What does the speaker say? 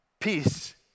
Peace